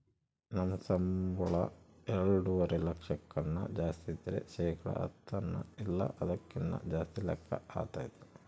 ನಮ್ ಸಂಬುಳ ಎಲ್ಡುವರೆ ಲಕ್ಷಕ್ಕುನ್ನ ಜಾಸ್ತಿ ಇದ್ರ ಶೇಕಡ ಹತ್ತನ ಇಲ್ಲ ಅದಕ್ಕಿನ್ನ ಜಾಸ್ತಿ ಲೆಕ್ಕ ಆತತೆ